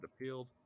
appealed